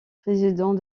président